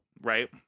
Right